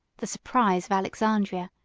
the surprise of alexandria,